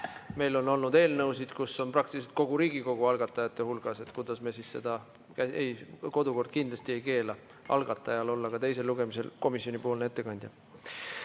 Meil on olnud eelnõusid, kus on praktiliselt kogu Riigikogu algatajate hulgas. Kuidas me siis seda käsitleme? Ei, kodukord kindlasti ei keela algatajal olla ka teisel lugemisel komisjonipoolne ettekandja. Tarmo